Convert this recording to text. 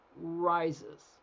rises